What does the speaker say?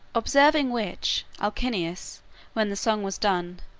observing which, alcinous, when the song was done,